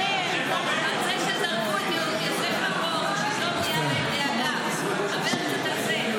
--- על זה שזרקו את יוסף לבור --- תדבר קצת על זה.